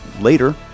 later